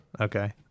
Okay